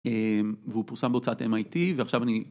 והוא פורסם בהוצאת MIT ועכשיו אני...